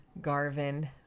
Garvin